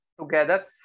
together